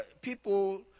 people